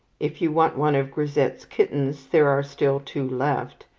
if you want one of grisette's kittens, there are still two left.